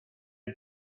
had